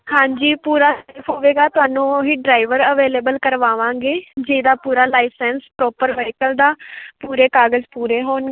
ਹਾਂਜੀ ਪੂਰਾ ਸੇਫ ਹੋਵੇਗਾ ਤੁਹਾਨੂੰ ਉਹ ਹੀ ਡਰਾਈਵਰ ਅਵੇਲੇਬਲ ਕਰਵਾਵਾਂਗੇ ਜਿਹਦਾ ਪੂਰਾ ਲਾਈਸੈਂਸ ਪ੍ਰੋਪਰ ਵਹੀਕਲ ਦਾ ਪੂਰੇ ਕਾਗਜ਼ ਪੂਰੇ ਹੋਣਗੇ